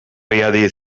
riadi